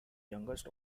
youngest